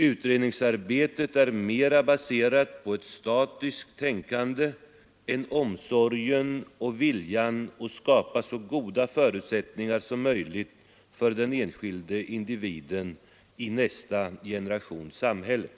Utredningsarbetet är mer baserat på ett statiskt tänkande än på omsorgen och viljan att skapa så goda förutsättningar som möjligt för den enskilda individen i nästa generations samhälle.